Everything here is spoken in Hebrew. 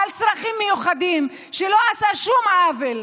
בעל צרכים מיוחדים שלא עשה שום עוול,